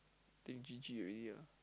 think G_G already ah